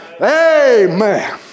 Amen